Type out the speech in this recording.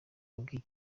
yabwiye